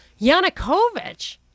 Yanukovych